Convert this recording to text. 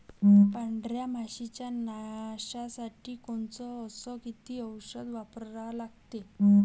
पांढऱ्या माशी च्या नाशा साठी कोनचं अस किती औषध वापरा लागते?